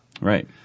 Right